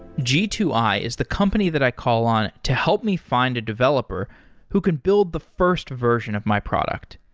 g two i is the company that i call on to help me find a developer who can build the first version of my product.